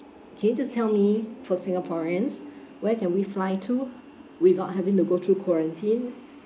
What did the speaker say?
K just tell me for singaporeans where can we fly to without having to go through quarantine